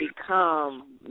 become